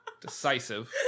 Decisive